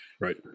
Right